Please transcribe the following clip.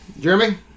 Jeremy